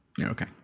okay